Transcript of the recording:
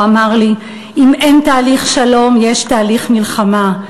והוא אמר לי: אם אין תהליך שלום יש תהליך מלחמה.